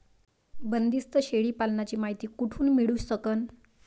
बंदीस्त शेळी पालनाची मायती कुठून मिळू सकन?